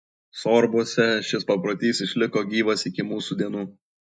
sorbuose šis paprotys išliko gyvas iki mūsų dienų